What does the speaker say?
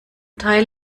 teil